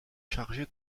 chargé